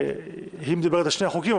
היא מדברת על שני החוקים.